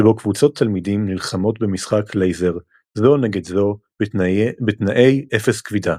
שבו קבוצות תלמידים נלחמות במשחק לייזר זו נגד זו בתנאי אפס כבידה.